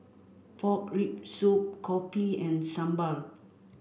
pork rib soup Kopi and Sambal